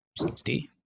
60